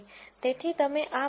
તેથી તમે આ માટે 0